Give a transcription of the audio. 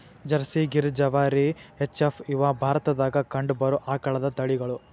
Jersey, Gir, ಜವಾರಿ, H F, ಇವ ಭಾರತದಾಗ ಕಂಡಬರು ಆಕಳದ ತಳಿಗಳು